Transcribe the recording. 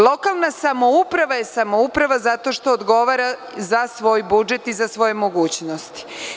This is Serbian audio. Lokalna samouprava je samouprava zato što odgovara za svoj budžet i za svoje mogućnosti.